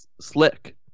slick